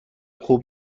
خوب